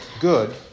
good